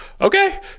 okay